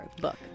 book